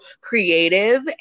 creative